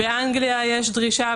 באנגליה יש דרישה,